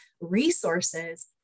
resources